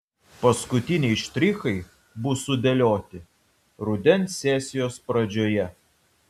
paskutiniai štrichai bus sudėlioti rudens sesijos pradžioje